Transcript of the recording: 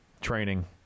training